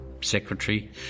secretary